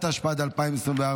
התשפ"ד 2024,